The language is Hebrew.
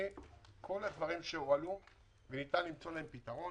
כל הדברים שהועלו וניתן למצוא להם פתרון